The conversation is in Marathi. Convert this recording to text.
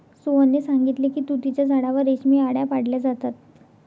सोहनने सांगितले की तुतीच्या झाडावर रेशमी आळया पाळल्या जातात